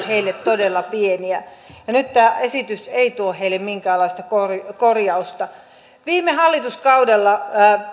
heille todella vähän nyt tämä esitys ei tuo heille minkäänlaista korjausta korjausta viime hallituskaudella